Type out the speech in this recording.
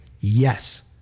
yes